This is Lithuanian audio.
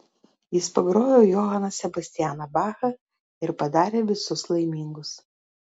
jis pagrojo johaną sebastianą bachą ir padarė visus laimingus